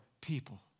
people